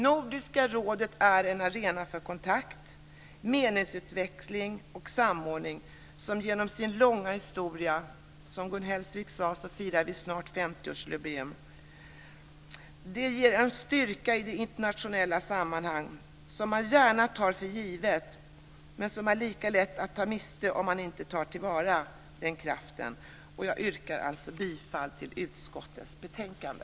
Nordiska rådet är en arena för kontakt, meningsutbyte och samordning, som har en lång historia. Som Gun Hellsvik sade så firar vi snart 50-årsjubileum. Det ger en styrka i internationella sammanhang som man ofta tar för given. Men det är lätt att mista den kraften om vi inte tar den till vara. Jag yrkar bifall till hemställan i utskottets betänkande.